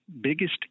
biggest